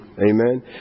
Amen